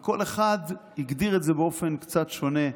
כל אחד הגדיר את זה באופן קצת שונה.